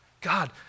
God